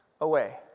away